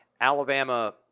Alabama –